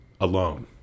alone